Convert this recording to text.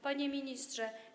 Panie Ministrze!